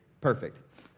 perfect